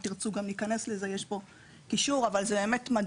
ואם תרצו גם ניכנס לזה.